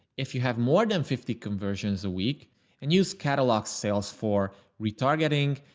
if you have more than fifty conversions a week and use catalog sales for retargeting.